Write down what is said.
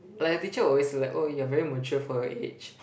like the teacher will always like oh you are very mature for your age